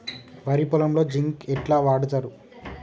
వరి పొలంలో జింక్ ఎట్లా వాడుతరు?